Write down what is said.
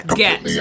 get